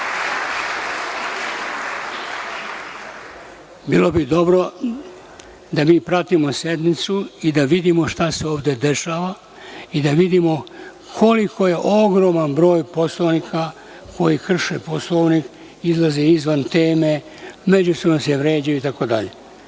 Bilo bi dobro da mi pratimo sednicu i da vidimo šta se ovde dešava i da vidimo koliko je ogroman broj poslanika koji krše Poslovnik, izlaze izvan teme, međusobno se vređaju itd.